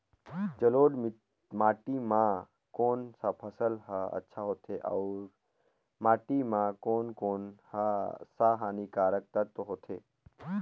जलोढ़ माटी मां कोन सा फसल ह अच्छा होथे अउर माटी म कोन कोन स हानिकारक तत्व होथे?